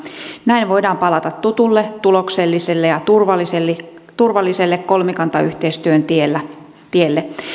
näin voidaan palata tutulle tulokselliselle ja turvalliselle turvalliselle kolmikantayhteistyön tielle